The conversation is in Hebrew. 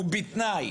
ובתנאי